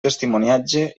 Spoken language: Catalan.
testimoniatge